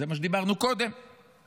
זה מה שדיברנו קודם,